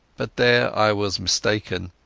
but there i was mistaken.